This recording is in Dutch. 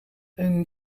een